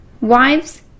Wives